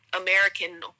American